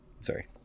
Sorry